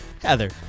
Heather